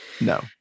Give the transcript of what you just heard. No